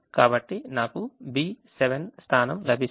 కాబట్టి నాకు B7 స్థానం లభిస్తుంది